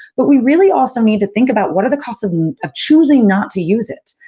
but, we really also need to think about what are the costs of and of choosing not to use it?